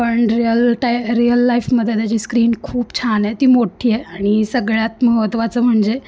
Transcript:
पण रिअल टाय रिअल लाईफमध्ये त्याची स्क्रीन खूप छान आहे ती मोठी आहे आणि सगळ्यात महत्वाचं म्हणजे